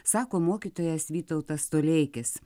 sako mokytojas vytautas toleikis